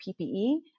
PPE